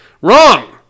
Wrong